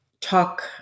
talk